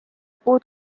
puud